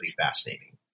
fascinating